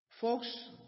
Folks